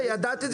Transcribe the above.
והעלייה היא